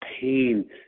pain